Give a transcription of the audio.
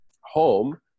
home